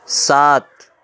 سات